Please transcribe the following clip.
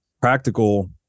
practical